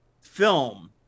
film